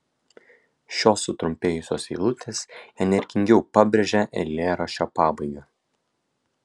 šios sutrumpėjusios eilutės energingiau pabrėžia eilėraščio pabaigą